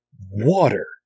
water